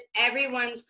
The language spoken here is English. everyone's